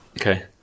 Okay